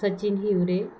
Sachin Hiware